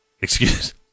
Excuse